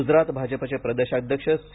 गुजरात भाजपाचे प्रदेशाध्यक्ष सी